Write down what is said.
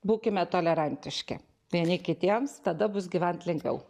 būkime tolerantiški vieni kitiems tada bus gyventi lengviau